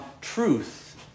truth